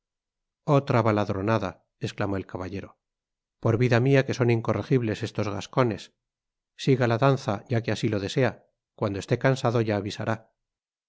otra baladronada esclamó el caballero por vida mía que son incorregibles estos gascones siga la danza ya que así lo desea cuando esté cansado ya avisará